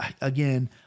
Again